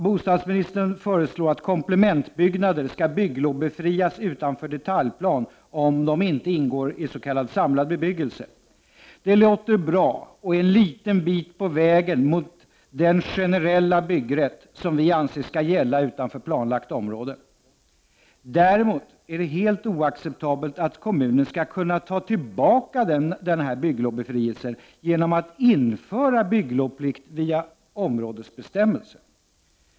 Bostadsministern föreslår att komplementbyggnader skall bygglovsbefrias utanför detaljplan och om de inte ingår i s.k. samlad bebyggelse. Det låter bra och är en liten bit på väg mot den generella byggrätt som vi anser skall gälla utanför planlagt område. Däremot är det helt oacceptabelt att kommunen skall kunna ta tillbaka denna bygglovsbefrielse genom att införa bygglovsplikt via områdesbestämmelser.